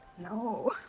no